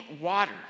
water